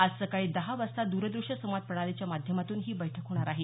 आज सकाळी दहा वाजता द्रदृश्य संवाद प्रणालीच्या माध्यमातून ही बैठक होणार आहे